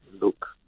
look